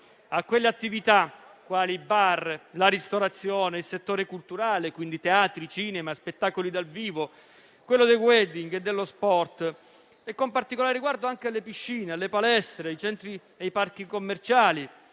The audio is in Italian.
ad attività quali i bar, la ristorazione e il settore culturale, quindi i teatri, i cinema e gli spettacoli dal vivo, e quelle del *wedding* e dello sport, con particolare riguardo anche alle piscine e alle palestre, nonché ai centri e ai parchi commerciali,